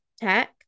tech